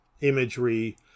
imagery